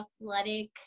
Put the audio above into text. athletic